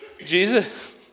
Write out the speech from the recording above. Jesus